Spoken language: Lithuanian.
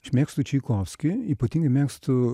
aš mėgstu čaikovskį ypatingai mėgstu